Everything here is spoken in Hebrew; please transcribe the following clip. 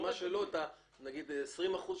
את ה-20%,